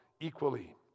equally